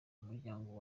umuryango